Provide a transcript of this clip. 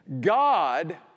God